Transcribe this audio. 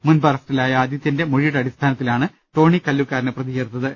മുൻപ് അറസ്റ്റിലായ് ആദിത്യന്റെ മൊഴിയുടെ അടിസ്ഥാനത്തിലാണ് ടോണി കല്ലൂ ക്കാരനെ പ്രതി ചേർത്തത്